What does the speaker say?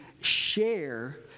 share